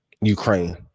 Ukraine